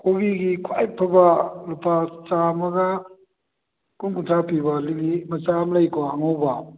ꯀꯣꯕꯤꯒꯤ ꯈ꯭ꯋꯥꯏ ꯐꯕ ꯂꯨꯄꯥ ꯆꯥꯝꯃꯒ ꯀꯨꯟ ꯀꯨꯟꯊ꯭ꯔꯥ ꯄꯤꯕ ꯂꯤꯛꯂꯤ ꯃꯆꯥ ꯑꯃ ꯂꯩꯀꯣ ꯑꯉꯧꯕ